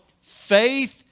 faith